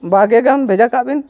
ᱵᱟᱨ ᱜᱮᱞ ᱜᱟᱱ ᱵᱷᱮᱡᱟ ᱠᱟᱜ ᱵᱤᱱ